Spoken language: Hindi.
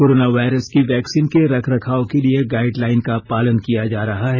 कोरोना वायरस की वैक्सीन के रखरखाव के लिए गाइडलाइन का पालन किया जा रहा है